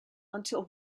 until